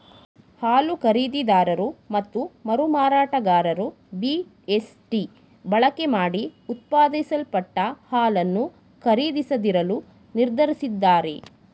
ಹಾಲು ಖರೀದಿದಾರರು ಮತ್ತು ಮರುಮಾರಾಟಗಾರರು ಬಿ.ಎಸ್.ಟಿ ಬಳಕೆಮಾಡಿ ಉತ್ಪಾದಿಸಲ್ಪಟ್ಟ ಹಾಲನ್ನು ಖರೀದಿಸದಿರಲು ನಿರ್ಧರಿಸಿದ್ದಾರೆ